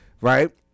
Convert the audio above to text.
right